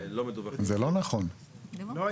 הנוהל על